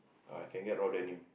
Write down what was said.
ah can get raw denim